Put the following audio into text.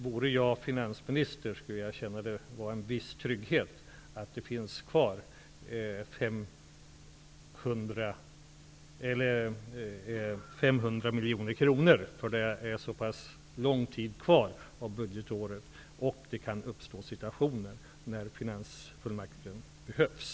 Vore jag finansminister skulle jag känna det som en viss trygghet att det finns kvar 500 miljoner kronor, eftersom det är så pass lång tid kvar av budgetåret. Det kan uppstå situationer då finansfullmakten behövs.